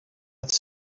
het